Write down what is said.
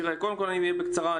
תראה, בקצרה.